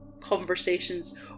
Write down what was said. conversations